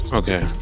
okay